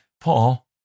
Paul